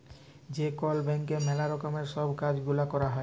যে কল ব্যাংকে ম্যালা রকমের সব কাজ গুলা ক্যরা হ্যয়